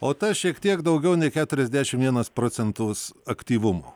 o tas šiek tiek daugiau nei keturiasdešim vienas procentus aktyvumo